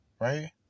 right